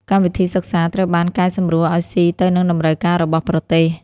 កម្មវិធីសិក្សាត្រូវបានកែសម្រួលឱ្យស៊ីទៅនឹងតម្រូវការរបស់ប្រទេស។